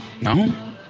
no